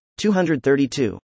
232